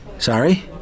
Sorry